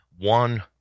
one